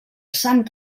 sant